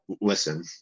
listen